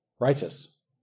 righteous